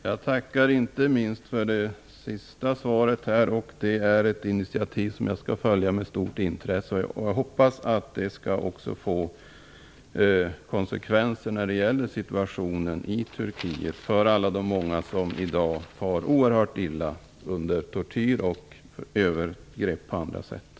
Fru talman! Jag tackar inte minst för det sista svaret. Det är ett initiativ som jag skall följa med stort intresse. Jag hoppas att det skall få konsekvenser när det gäller situationen i Turkiet för alla dem som i dag far oerhört illa under tortyr och andra övergrepp.